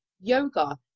Yoga